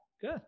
Good